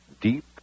deep